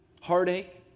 heartache